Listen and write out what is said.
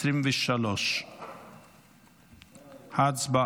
התשפ"ד 2023. הצבעה.